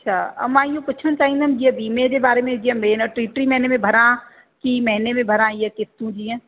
अछा अ मां इहो पुछणु चाहींदमि जीअं वीमे जे बारे में जीअं में टीं टीं महीने में भरियां की महीने में भरिया इहे क़िस्तूं जीअं